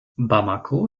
bamako